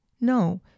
no